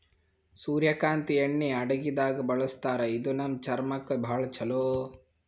ಸೂರ್ಯಕಾಂತಿ ಎಣ್ಣಿ ಅಡಗಿದಾಗ್ ಬಳಸ್ತಾರ ಇದು ನಮ್ ಚರ್ಮಕ್ಕ್ ಭಾಳ್ ಛಲೋ